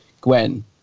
Gwen